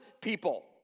people